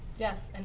yes.